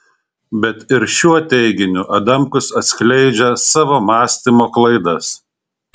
bet ir šiuo teiginiu adamkus atskleidžia savo mąstymo klaidas